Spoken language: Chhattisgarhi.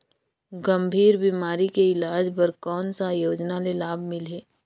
गंभीर बीमारी के इलाज बर कौन सा योजना ले लाभ मिलही?